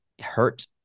hurt